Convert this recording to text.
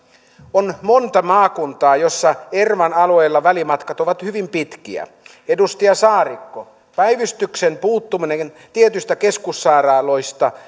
on monta maakuntaa joissa ervan alueella välimatkat ovat hyvin pitkiä edustaja saarikko päivystyksen puuttuminen tietyistä keskussairaaloista